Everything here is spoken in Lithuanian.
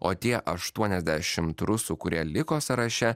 o tie aštuoniasdešimt rusų kurie liko sąraše